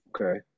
Okay